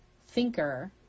thinker